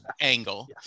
angle